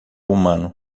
humano